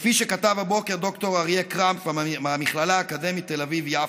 כפי שכתב הבוקר ד"ר אריה קרמפף מהמכללה האקדמית תל אביב-יפו: